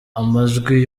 amajwi